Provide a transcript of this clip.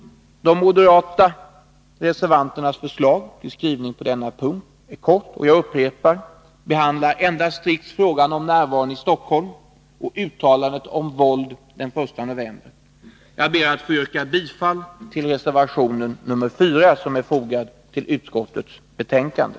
De moderata reservanternas förslag till skrivning på denna punkt är kort och — det vill jag upprepa — behandlar strikt endast frågan om närvaron i Stockholm och uttalandet om våld den 1 november. Jag ber att få yrka bifall till reservationen 4, som är fogad till utskottets betänkande.